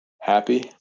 happy